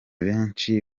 benshi